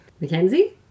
Mackenzie